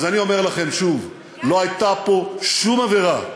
אז אני אומר לכם שוב: לא הייתה פה שום עבירה,